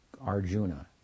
Arjuna